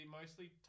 mostly